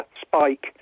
spike